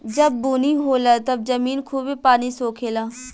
जब बुनी होला तब जमीन खूबे पानी सोखे ला